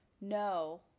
No